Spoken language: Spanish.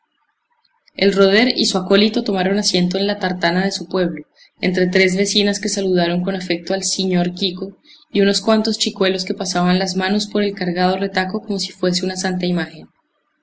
el roder y su acólito tomaron asiento en la tartana de su pueblo entre tres vecinas que saludaron con afecto al siñor quico y unos cuantos chicuelos que pasaban las manos por el cargado retaco como si fuese una santa imagen